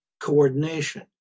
coordination